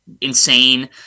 insane